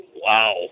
Wow